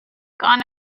gone